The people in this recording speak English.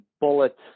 bullet